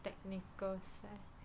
technical side